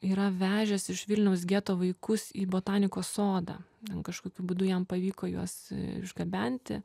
yra vežęs iš vilniaus geto vaikus į botanikos sodą kažkokiu būdu jam pavyko juos išgabenti